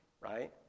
right